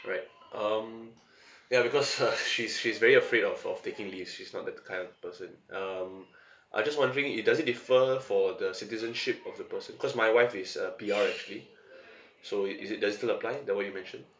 alright um ya because her she's she's very afraid of of taking leave she's not that the kind of person um I just wondering it does it differ for the citizenship of the person cause my wife is a P_R actually so it is it does it still apply the way you mentioned